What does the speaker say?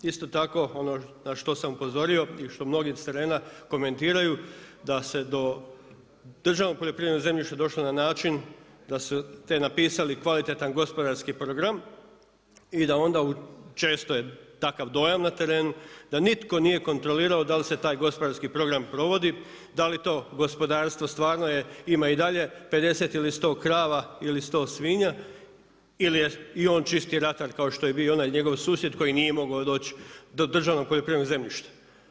Isto tako, ono na što sam upozorio i što mnogi s terena komentiraju da se do državnog poljoprivrednog zemljišta došlo na način da su napisali kvalitetan gospodarski program i da onda, često je takav dojam na terenu, da nitko nije kontrolirao dal' se taj gospodarski program provodi, da li to gospodarstvo stvarno ima i dalje 50 ili 100 krava ili 100 svinja ili je i on čisti ratar kao što je bio i onaj njegov susjed koji nije mogao do državnog poljoprivrednog zemljišta.